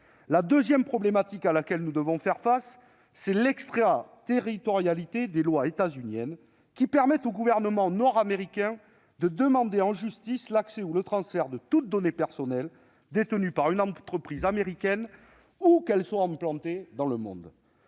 La deuxième problématique à laquelle nous devons faire face est l'extraterritorialité des lois états-uniennes, qui permettent au gouvernement des États-Unis de demander, en justice, l'accès à toute donnée personnelle détenue par une entreprise américaine, où qu'elle soit implantée dans le monde.